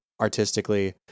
artistically